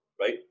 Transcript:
right